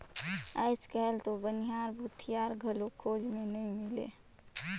आयज कायल तो बनिहार, भूथियार घलो खोज मे नइ मिलें